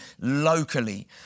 locally